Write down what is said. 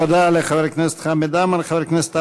תודה לחבר הכנסת חמד עמאר.